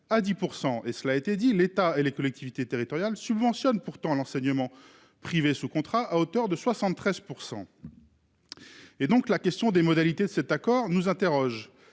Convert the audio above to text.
à 10% et cela a été dit l'État et les collectivités territoriales subventionnent pourtant l'enseignement privé sous contrat à hauteur de 73%. Et donc la question des modalités de cet accord nous interroge